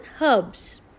herbs